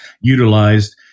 utilized